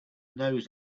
knows